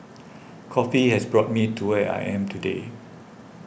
coffee has brought me to where I am today